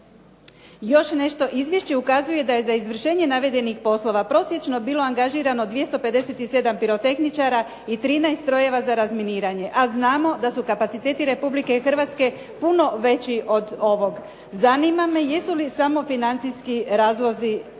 Još nešto, izvješće ukazuje da je za izvršenje navedenih poslova, prosječno bilo angažirano 257 pirotehničara i 13 strojeva za razminiranje, a znamo da su kapaciteti Republike Hrvatske puno veći od ovog. Zanima me jesu li samo financijski razlozi uzrok